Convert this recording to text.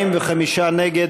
נגד,